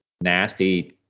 nasty